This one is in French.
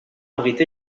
abrite